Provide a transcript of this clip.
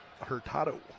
Hurtado